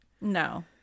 No